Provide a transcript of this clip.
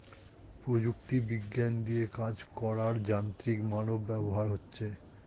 প্রযুক্তি বিজ্ঞান দিয়ে কাজ করার যান্ত্রিক মানব ব্যবহার হচ্ছে